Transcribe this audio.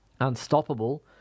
unstoppable